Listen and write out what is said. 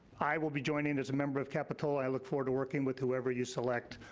i will be joining as a member of capitola. i look forward to working with whoever you select,